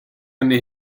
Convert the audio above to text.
arni